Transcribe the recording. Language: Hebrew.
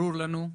ברור לנו,